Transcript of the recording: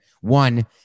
One